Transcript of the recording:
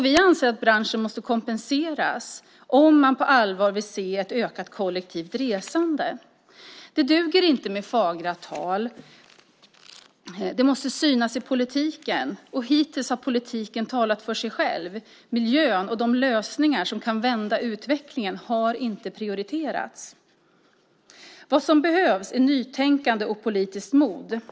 Vi anser att branschen måste kompenseras om man på allvar vill se ett ökat kollektivt resande. Det duger inte med fagra tal. Det måste synas i politiken, och hittills har politiken talat för sig själv. Miljön och de lösningar som kan vända utvecklingen har inte prioriterats. Vad som behövs är nytänkande och politiskt mod.